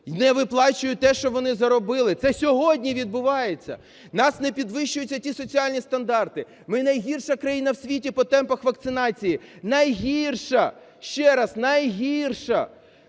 не виплачують те, що вони заробили. Це сьогодні відбувається. У нас не підвищуються ті соціальні стандарти. Ми найгірша країна в світі по темпах вакцинації, найгірша. Ще раз – найгірша.